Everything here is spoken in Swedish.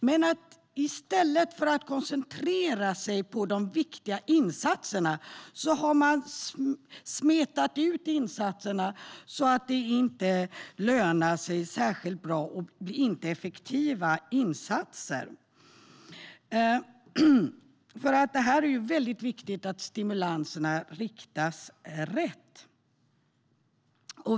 Men i stället för att koncentrera sig på de viktiga insatserna har man smetat ut dem så att de inte lönar sig särskilt bra och inte blir särskilt effektiva. Det är ju viktigt att stimulanserna riktas rätt.